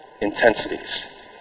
intensities